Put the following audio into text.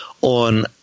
on